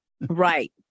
Right